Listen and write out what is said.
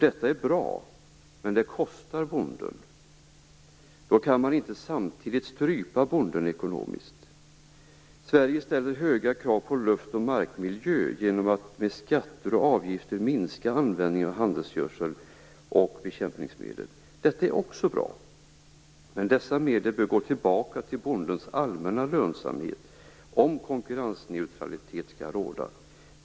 Detta är bra, men det kostar för bonden. Då kan man inte samtidigt strypa bonden ekonomiskt. Sverige ställer höga krav på luft och markmiljö genom att med skatter och avgifter minska användningen av handelsgödsel och bekämpningsmedel. Det är också bra. Men dessa medel bör gå tillbaka till bondens allmänna lönsamhet om konkurrensneutralitet skall råda.